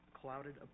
clouded